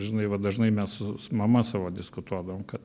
žinai va dažnai mes su mama savo diskutuodavom kad